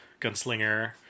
Gunslinger